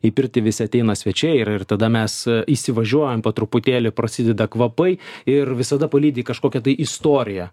į pirtį visi ateina svečiai ir ir tada mes įsivažiuojam po truputėlį prasideda kvapai ir visada palydi į kažkokią tai istoriją